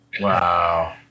Wow